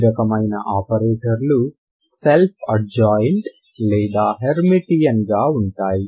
ఈ రకమైన ఆపరేటర్లు సెల్ఫ్ అడ్జాయింట్ లేదా హెర్మిటియన్ గా ఉంటాయి